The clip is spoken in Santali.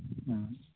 ᱦᱩᱸ